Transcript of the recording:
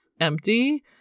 empty